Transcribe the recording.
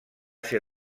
ser